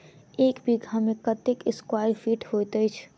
एक बीघा मे कत्ते स्क्वायर फीट होइत अछि?